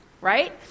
right